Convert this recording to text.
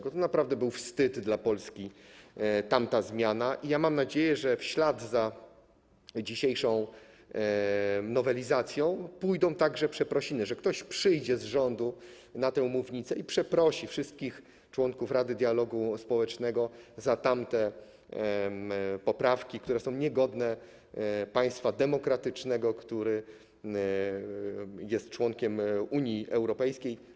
Tamta zmiana to naprawdę był wstyd dla Polski i mam nadzieję, że w ślad za dzisiejszą nowelizacją pójdą także przeprosiny, że ktoś z rządu wejdzie na tę mównicę i przeprosi wszystkich członków Rady Dialogu Społecznego za tamte poprawki, które są niegodne państwa demokratycznego, który jest członkiem Unii Europejskiej.